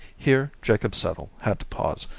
here jacob settle had to pause,